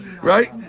Right